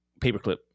paperclip